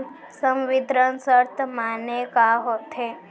संवितरण शर्त माने का होथे?